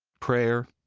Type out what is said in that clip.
prayer,